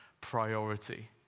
priority